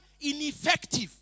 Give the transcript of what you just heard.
ineffective